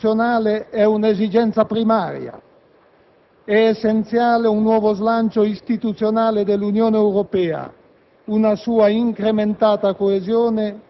L'entrata in vigore del Trattato costituzionale è un'esigenza primaria, è essenziale un nuovo slancio istituzionale dell'Unione Europea,